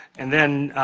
and then,